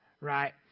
right